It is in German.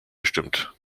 gestimmt